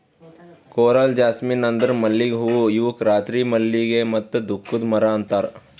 coral jasmine ಅಂದುರ್ ಮಲ್ಲಿಗೆ ಹೂವು ಇವುಕ್ ರಾತ್ರಿ ಮಲ್ಲಿಗೆ ಮತ್ತ ದುಃಖದ ಮರ ಅಂತಾರ್